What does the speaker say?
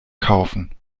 kaufen